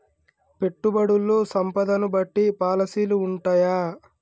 పెట్టుబడుల్లో సంపదను బట్టి పాలసీలు ఉంటయా?